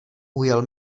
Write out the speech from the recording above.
ujel